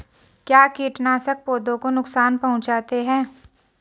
क्या कीटनाशक पौधों को नुकसान पहुँचाते हैं?